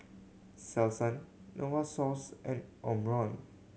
Selsun Novosource and Omron